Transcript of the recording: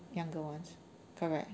younger ones correct